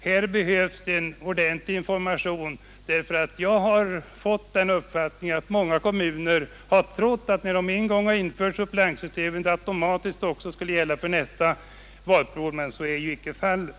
Här behövs en ordentlig information, ty jag har fått den uppfattningen att man i många kommuner trott att när man en gång har infört suppleantsystemet detta också automatiskt skulle tillämpas för nästa valperiod, men så är ju icke fallet.